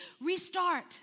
restart